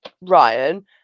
Ryan